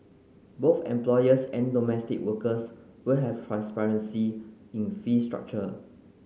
both employers and domestic workers will have transparency in fee structure